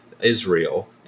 Israel